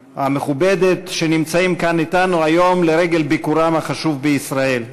המכובדת שנמצאים כאן אתנו היום לרגל ביקורם החשוב בישראל.